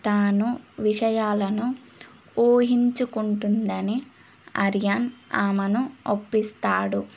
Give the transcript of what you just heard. తాను విషయాలను ఊహించుకుంటుందని అరియాన్ ఆమెను ఒప్పిస్తాడు